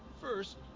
First